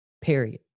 Period